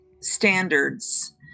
standards